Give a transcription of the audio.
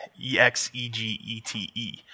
E-X-E-G-E-T-E